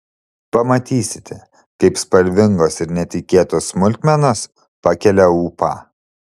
pamatysite kaip spalvingos ir netikėtos smulkmenos pakelia ūpą